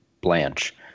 Blanche